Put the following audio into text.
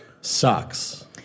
sucks